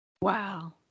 Wow